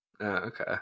okay